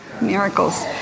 Miracles